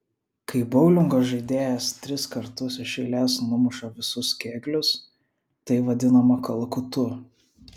kai boulingo žaidėjas tris kartus iš eilės numuša visus kėglius tai vadinama kalakutu